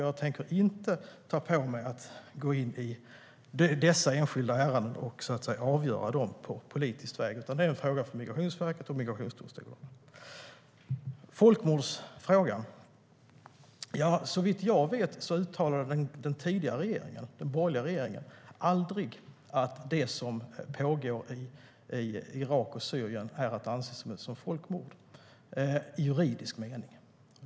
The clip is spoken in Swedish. Jag tänker inte ta på mig att gå in i dessa enskilda ärenden och avgöra dem på politisk väg, utan det är en fråga för Migrationsverket och migrationsdomstolen. Sedan gäller det folkmordsfrågan. Såvitt jag vet uttalade aldrig den tidigare regeringen, den borgerliga regeringen, att det som pågår i Irak och Syrien är att anse som folkmord i juridisk mening.